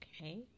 Okay